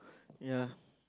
ya